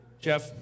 Jeff